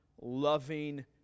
loving